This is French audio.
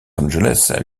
angeles